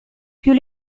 più